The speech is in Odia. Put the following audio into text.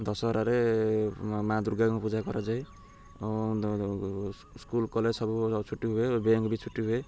ଦଶହରାରେ ମାଆ ଦୁର୍ଗାଙ୍କୁ ପୂଜା କରାଯାଏ ସ୍କୁଲ୍ କଲେଜ୍ ସବୁ ଛୁଟି ହୁଏ ବ୍ୟାଙ୍କ୍ ବି ଛୁଟି ହୁଏ